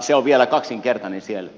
se on vielä kaksinkertainen siellä